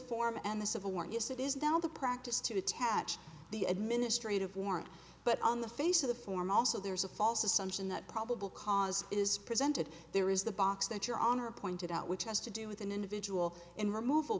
form and the civil war yes it is now the practice to attach the administrative warrant but on the face of the form also there's a false assumption that probable cause is presented there is the box that your honor pointed out which has to do with an individual in removal